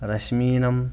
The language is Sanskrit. रश्मीनम्